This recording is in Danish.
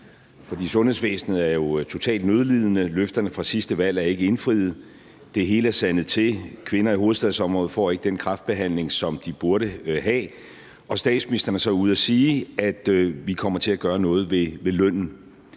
for sundhedsvæsenet er jo totalt nødlidende, løfterne fra sidste valg er ikke indfriet, og det hele er sandet til, så kvinderne i hovedstadsområdet ikke får den kræftbehandling, de burde have. Statsministeren er så ude at sige, at vi kommer til at gøre noget ved lønnen,